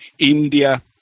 India